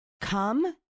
come